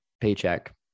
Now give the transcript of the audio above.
paycheck